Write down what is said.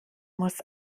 muss